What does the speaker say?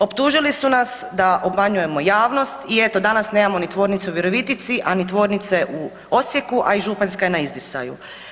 Optužili su nas da obmanjujemo javnost i eto danas nemamo niti tvornicu u Virovitici, a ni tvornice u Osijeku, a i županjska je na izdisaju.